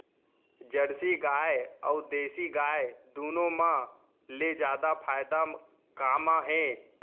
Jersey गाय अऊ देसी गाय दूनो मा ले जादा फायदा का मा हे?